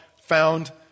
found